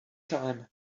time